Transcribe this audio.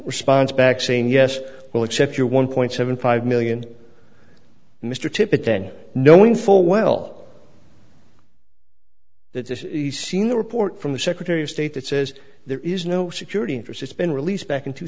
response back saying yes well except you're one point seven five million mr tippit then knowing full well that this is the scene a report from the secretary of state that says there is no security interest it's been released back in two